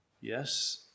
Yes